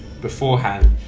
beforehand